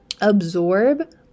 absorb